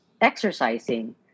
exercising